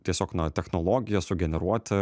tiesiog na technologija sugeneruoti